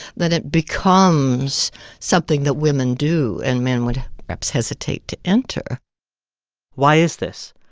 then it becomes something that women do, and men would perhaps hesitate to enter why is this?